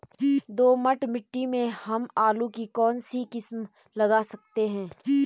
दोमट मिट्टी में हम आलू की कौन सी किस्म लगा सकते हैं?